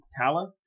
Tala